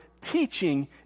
teaching